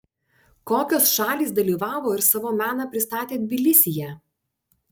kokios šalys dalyvavo ir savo meną pristatė tbilisyje